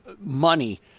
money